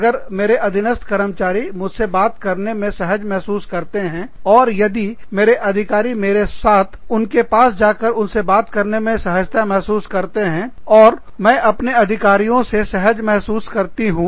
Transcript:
अगर मेरे अधीनस्थ कर्मचारी मुझसे बात करने में सहज महसूस करते हैं और यदि मेरे अधिकारी मेरे साथ उनके पास जाकर उनसे बात करने में सहजता महसूस करते हैं और मैं अपने अधिकारियों से सहज महसूस करता हूँ